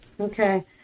Okay